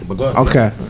Okay